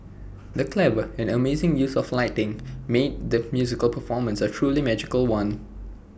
the clever and amazing use of lighting made the musical performance A truly magical one